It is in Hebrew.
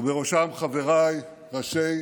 ובראשם חבריי ראשי